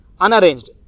unarranged